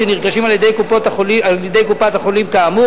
שנרכשים על-ידי קופת-החולים כאמור.